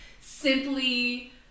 simply